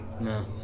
No